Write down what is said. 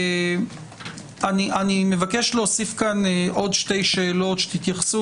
אני מבקש להוסיף כאן עוד שתי שאלות להתייחסות,